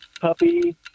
Puppy